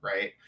right